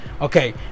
Okay